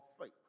faith